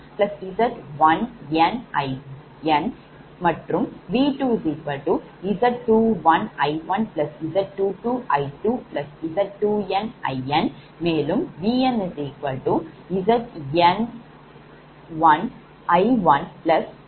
VnZn1I1Zn2I2Z12I2 என்று நாம் பெறுவோம்